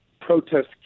protest